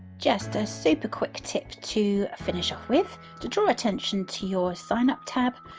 just a super quick tip to finish off with to draw attention to your sign up tab.